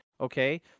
Okay